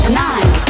nine